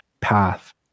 path